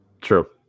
True